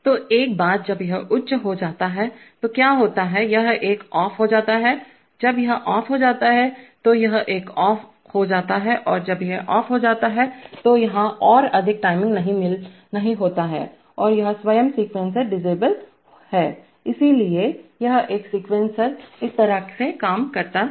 तो एक बार जब यह उच्च हो जाता है तो क्या होता है यह एक ऑफ हो जाता है जब यह ऑफ हो जाता है तो यह एक ऑफ हो जाता है और जब यह ऑफ हो जाता है तो यहां और अधिक टाइमिंग नहीं होता है और यह स्वयं सीक्वेंसर डिसेबल्ड है इसलिए यह एक सीक्वेंसर इस तरह से काम करता है